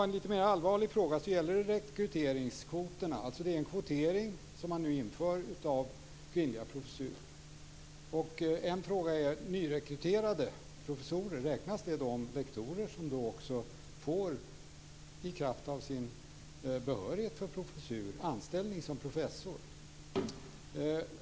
En litet mer allvarlig fråga gäller rekryteringskvoterna. Man inför nu en kvotering av kvinnliga professurer. En fråga är: Räknas till de nyrekryterade professorerna de lektorer som i kraft av sin behörighet för professur också får anställning som professor?